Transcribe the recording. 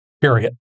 period